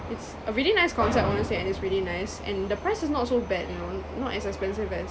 it's a really nice concept honestly and it's really nice and the price is not so bad you know not as expensive as um